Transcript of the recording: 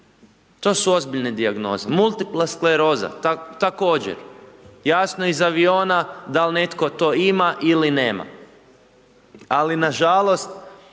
To su ozbiljne dijagnoze, multiplaskleroza također, jasno iz aviona dal netko to ima ili nema, ali na žalost